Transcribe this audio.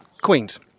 Queen's